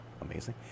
amazing